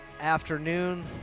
afternoon